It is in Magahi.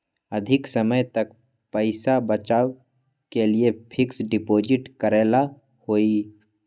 अधिक समय तक पईसा बचाव के लिए फिक्स डिपॉजिट करेला होयई?